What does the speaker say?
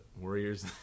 warriors